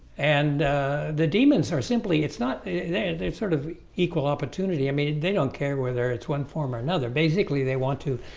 and the demons are simply it's not there's sort of equal opportunity i mean they don't care whether it's one form or another basically they want to